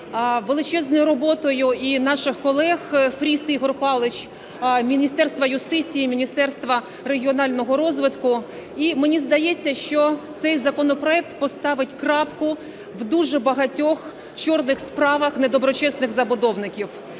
величезною роботою і наших колег, Фріса Ігоря Павловича, і Міністерства юстиції, і Міністерства регіонального розвитку. І мені здається, що цей законопроект поставить крапку в дуже багатьох чорних справах недоброчесних забудовників.